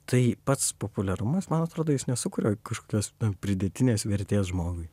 tai pats populiarumas man atrodo jis nesukuria kažkokios pridėtinės vertės žmogui